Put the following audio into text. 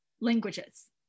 languages